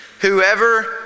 Whoever